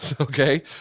Okay